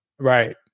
Right